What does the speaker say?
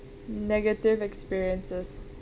negative experiences